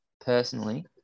personally